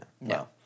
No